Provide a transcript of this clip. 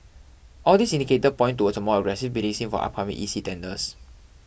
all these indicators point towards a more aggressive bidding scene for upcoming E C tenders